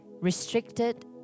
restricted